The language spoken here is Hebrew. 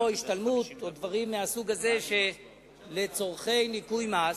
השתלמות ודברים מהסוג הזה לצורכי ניכוי מס,